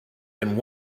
and